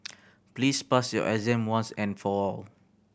please pass your exam once and for all